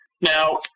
Now